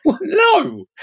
no